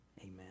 amen